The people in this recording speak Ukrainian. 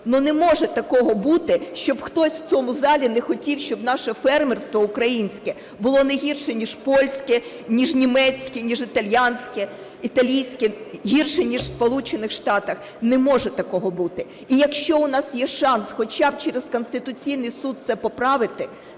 Не може такого бути, щоб хтось в цьому залі не хотів, щоб наше фермерство українське було не гірше, ніж польське, ніж німецьке, ніж Італійське, гірше ніж в Сполучених Штатах, не може такого бути. І, якщо у нас є шанс хоча б через Конституційний Суд це поправити,